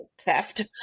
theft